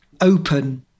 open